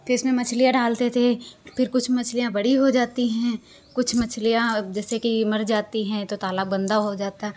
फिर उसमें मछलियां डालते थे फिर कुछ मछलियां बड़ी हो जाती हैं कुछ मछलियां अब जैसे कि मर जाती हैं तो तालाब गंदा हो जाता है